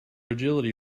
agility